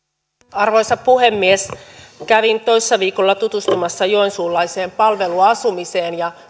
arvoisa puhemies kävin toissa viikolla tutustumassa joensuulaiseen palveluasumiseen ja